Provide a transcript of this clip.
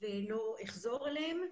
ולא אחזור עליהם.